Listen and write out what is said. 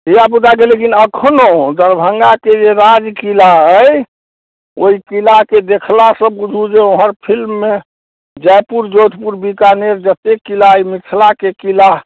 धिआपुताके लेकिन एखनो दरभङ्गाके जे राजकिला अइ ओहि किलाके देखलासँ बुझू जे ओहन फिल्ममे जयपुर जोधपुर बिकानेर जतेक किला एहिमे मिथिलाके किला